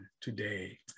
today